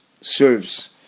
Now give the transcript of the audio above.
serves